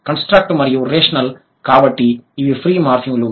construct మరియు rational కాబట్టి ఇవి ఫ్రీ మార్ఫిమ్లు